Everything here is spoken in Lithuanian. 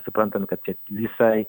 suprantame kad čia visai